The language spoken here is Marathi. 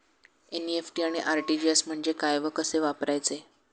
एन.इ.एफ.टी आणि आर.टी.जी.एस म्हणजे काय व कसे वापरायचे?